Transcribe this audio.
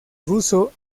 ruso